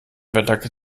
wetter